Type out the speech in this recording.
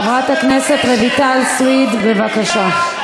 חברת הכנסת רויטל סויד, בבקשה,